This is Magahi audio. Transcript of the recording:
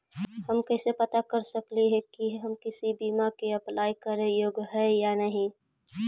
हम कैसे पता कर सकली हे की हम किसी बीमा में अप्लाई करे योग्य है या नही?